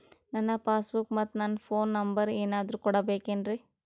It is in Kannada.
ನನ್ನ ಪಾಸ್ ಬುಕ್ ಮತ್ ನನ್ನ ಫೋನ್ ನಂಬರ್ ಏನಾದ್ರು ಕೊಡಬೇಕೆನ್ರಿ?